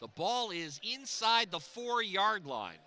the ball is inside the four yard line